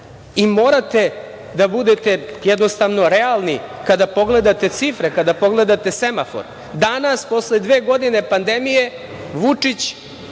26%.Morate da budete realni, kada pogledate cifre, kada pogledate semafor, danas posle dve godine pandemije Vučić